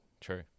true